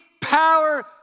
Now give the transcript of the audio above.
power